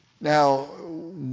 Now